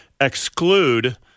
exclude